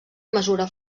mesura